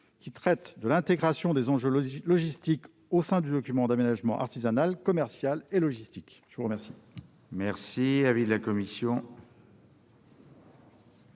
qui traite de l'intégration des enjeux logistiques au sein du document d'aménagement artisanal, commercial et logistique. Quel